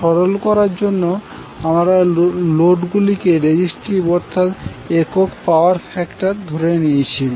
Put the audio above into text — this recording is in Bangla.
সরল করার জন্য আমরা লোড গুলিকে রেজিস্টিভ অর্থাৎ একক পাওয়ার ফ্যাক্টর ধরে নিয়েছি